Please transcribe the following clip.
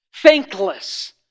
Thankless